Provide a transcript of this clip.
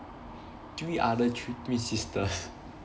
three other thr~ twin sisters